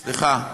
סליחה.